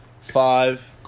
Five